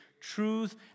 Truth